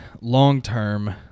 long-term